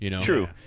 True